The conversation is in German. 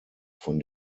von